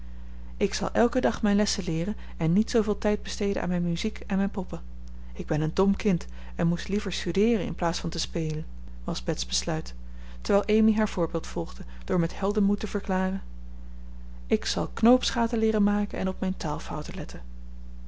ik zal elken dag mijn lessen leeren en niet zooveel tijd besteden aan mijn muziek en mijn poppen ik ben een dom kind en moest liever studeeren in plaats van te spelen was bets besluit terwijl amy haar voorbeeld volgde door met heldenmoed te verklaren ik zal knoopsgaten leeren maken en op mijn taalfouten letten